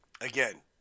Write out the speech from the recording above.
again